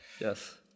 Yes